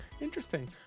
interesting